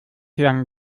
lang